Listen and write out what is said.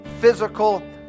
physical